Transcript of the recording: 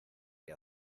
qué